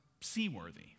seaworthy